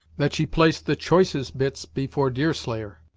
that she placed the choicest bits before deerslayer,